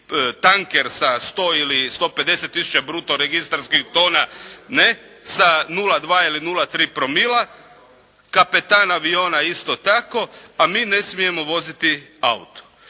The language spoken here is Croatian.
tanker sa 100 ili 150 tisuća bruto registarskih tona sa 0,2 ili 0,3 promila, kapetan aviona isto tako a mi ne smijemo voziti auto.